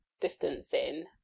distancing